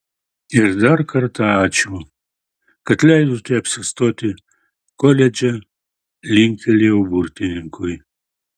ir dar kartą ačiū kad leidote apsistoti koledže linktelėjau burtininkui